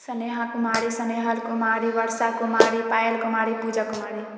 Sneha Kumari Snehal Kumari Varsha Kumari Payal Kumari Puja Kumari